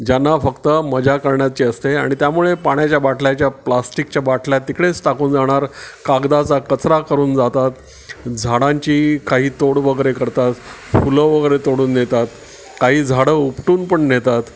ज्यांना फक्त मजा करण्याची असते आणि त्यामुळे पाण्याच्या बाटल्याच्या प्लास्टिकच्या बाटल्या तिकडेच टाकून जाणार कागदाचा कचरा करून जातात झाडांची काही तोड वगैरे करतात फुलं वगैरे तोडून नेतात काही झाडं उपटून पण नेतात